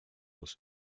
was